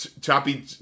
Choppy